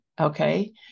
Okay